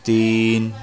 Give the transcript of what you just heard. تین